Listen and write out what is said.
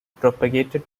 propagated